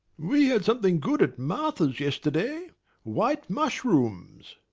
we had something good at martha's yesterday white mushrooms.